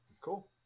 Cool